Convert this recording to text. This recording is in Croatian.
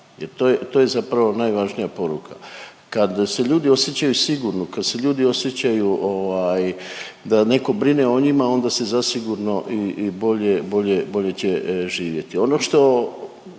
je, to je zapravo najvažnija poruka. Kad se ljudi osjećaju sigurno, kad se ljudi osjećaju ovaj da netko brine o njima, onda se zasigurno i bolje, bolje, bolje će živjeti. Ono što